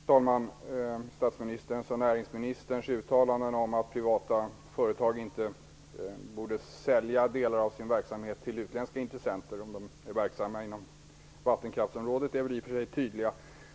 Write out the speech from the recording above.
Fru talman! Statsministerns och näringsministerns uttalanden om att privata företag inte borde sälja delar av sin verksamhet till utländska intressenter om de är verksamma inom vattenkraftsområdet är i och för sig tydliga.